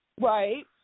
Right